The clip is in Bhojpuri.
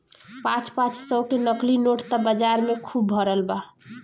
पाँच पाँच सौ के नकली नोट त बाजार में खुब भरल बा